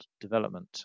development